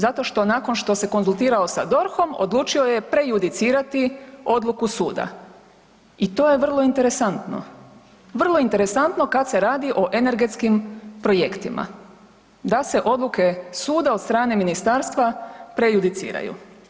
Zato što nakon što se konzultirao sa DORH-om odlučio je prejudicirati odluku suda i to je vrlo interesantno, vrlo interesantno kad se radi o energetskim projektima da se odluke suda od strane ministarstva prejudiciraju.